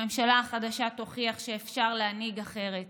הממשלה החדשה תוכיח שאפשר להנהיג אחרת,